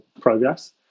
progress